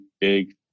big